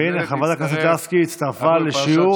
והינה, חברת הכנסת לסקי הצטרפה לשיעור.